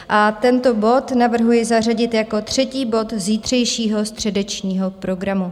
A tento bod navrhuji zařadit jako třetí bod zítřejšího středečního programu.